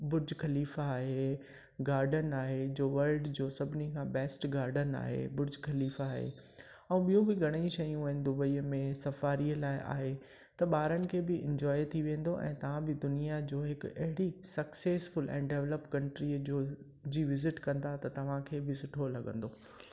बुर्ज Khalifa आहे garden आहे जो वर्ड जो सभिनी खां बेस्ट गार्डन आहे बुर्ज खलीफ़ा आहे ऐं ॿियूं बि घणेई शयूं आहिनि दुबई में सफ़ारीअ लाइ आहे त ॿारनि खे बि इंजॉय थी वेंदो ऐं तव्हां बि दुनिया जो हिक अहिड़ी सक्सेसफ़ुल ऐं डेवलप्ड कंट्रीअ जो जी विज़िट कंदा त तव्हांखे बि सुठो लगंदो